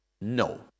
No